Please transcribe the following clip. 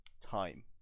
Time